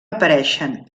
apareixen